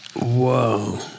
Whoa